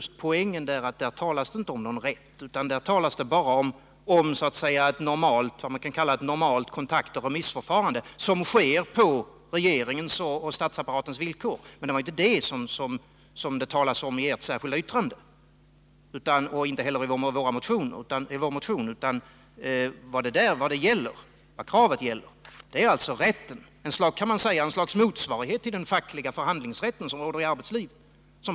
Men poängen är just det förhållandet att det där inte talas om någon rätt utan bara om vad man kan kalla ett normalt kontaktoch remissförfarande, som utformas på regeringens och statsapparatens villkor. Men det var inte det som det talades om i ert särskilda yttrande och inte heller i vår motion. Vad kravet gäller är att det skall skapas en överläggningsrätt för pensionärerna, ett slags motsvarighet till den rätt till fackliga förhandlingar som råder i arbetslivet.